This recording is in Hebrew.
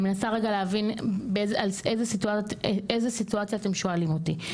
אני מנסה רגע להבין על איזו סיטואציה אתם שואלים אותי.